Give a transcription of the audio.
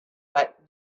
but